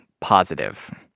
positive